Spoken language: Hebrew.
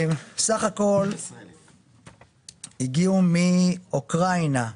סה"כ הגיעו מאוקראינה,